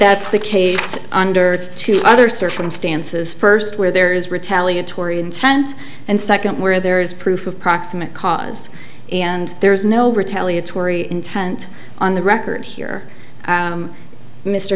that's the case under two other circumstances first where there is retaliatory intent and second where there is proof of proximate cause and there is no retaliatory intent on the record here